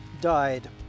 died